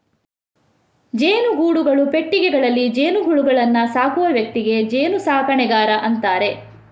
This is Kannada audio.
ಜೇನುಗೂಡುಗಳು, ಪೆಟ್ಟಿಗೆಗಳಲ್ಲಿ ಜೇನುಹುಳುಗಳನ್ನ ಸಾಕುವ ವ್ಯಕ್ತಿಗೆ ಜೇನು ಸಾಕಣೆಗಾರ ಅಂತಾರೆ